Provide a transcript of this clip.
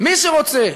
מי שרוצה,